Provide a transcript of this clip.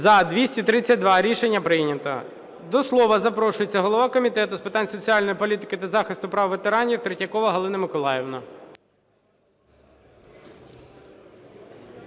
За-232 Рішення прийнято. До слова запрошується голова Комітету з питань соціальної політики та захисту прав ветеранів Третьякова Галина Миколаївна.